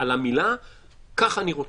על המילה כך אני רוצה.